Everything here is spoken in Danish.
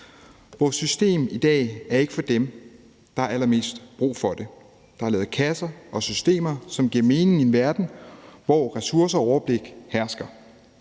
Vores system i dag er ikke for dem, der har allermest brug for det. Der er lavet kasser og systemer, som giver mening i en verden, hvor ressourcer og overblik hersker.